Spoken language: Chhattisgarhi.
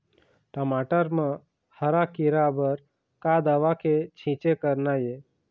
टमाटर म हरा किरा बर का दवा के छींचे करना ये?